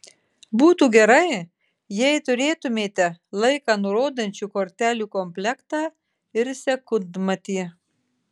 būtų gerai jei turėtumėte laiką nurodančių kortelių komplektą ir sekundmatį